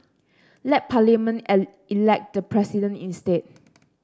let Parliament elect the President instead